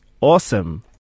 Awesome